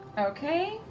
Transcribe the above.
okay.